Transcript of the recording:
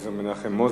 אליעזר מנחם מוזס.